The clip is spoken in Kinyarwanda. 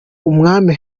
umwami